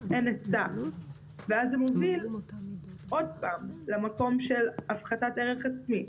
אין היצע ואז זה מוביל עוד פעם למקום של הפחתת ערך עצמי,